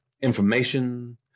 information